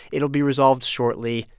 it'll be resolved shortly.